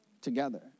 together